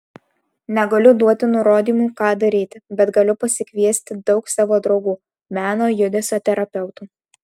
negaliu duoti nurodymų ką daryti bet galiu pasikviesti daug savo draugų meno judesio terapeutų